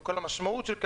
עם כל המשמעות של זה,